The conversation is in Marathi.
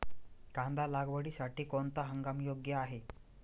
कांदा लागवडीसाठी कोणता हंगाम योग्य आहे?